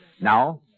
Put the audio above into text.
Now